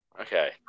okay